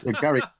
Gary